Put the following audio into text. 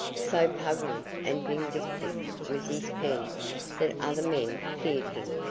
so pungent and vindictive was his pen that other men feared him,